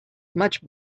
much